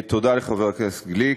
תודה לחבר הכנסת גליק.